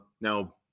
now